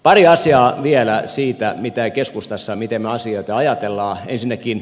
pari asiaa vielä siitä miten keskustassa asioita ajattelemme